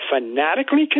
fanatically